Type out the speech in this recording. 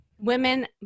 women